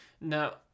Now